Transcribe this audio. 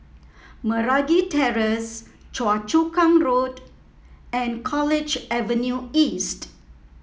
Meragi Terrace Choa Chu Kang Road and College Avenue East